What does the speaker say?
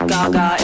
Gaga